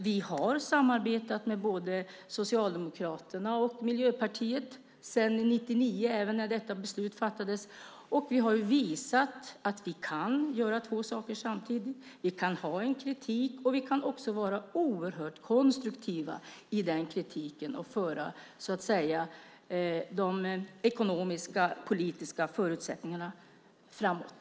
Vi har samarbetat med både Socialdemokraterna och Miljöpartiet sedan 1999, även när detta beslut fattades, och vi har visat att vi kan göra två saker samtidigt. Vi kan ha en kritik och vara oerhört konstruktiva i kritiken och också föra de ekonomiskpolitiska förutsättningarna framåt.